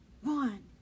One